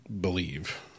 believe